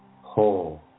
Whole